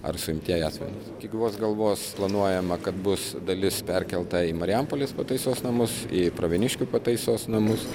ar suimtieji asmenys iki gyvos galvos planuojama kad bus dalis perkelta į marijampolės pataisos namus į pravieniškių pataisos namus